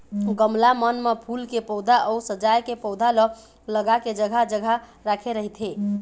गमला मन म फूल के पउधा अउ सजाय के पउधा ल लगा के जघा जघा राखे रहिथे